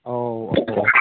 औ औ औ